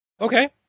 Okay